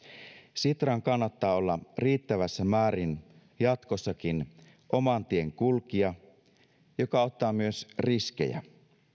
sitran kannattaa olla riittävässä määrin jatkossakin oman tien kulkija joka ottaa myös riskejä